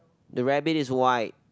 the rabbit is white